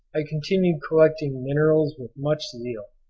i continued collecting minerals with much zeal,